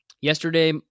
Yesterday